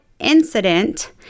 incident